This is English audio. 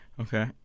okay